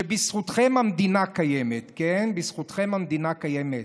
שבזכותכם המדינה קיימת, כן, בזכותכם המדינה קיימת,